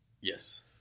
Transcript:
Yes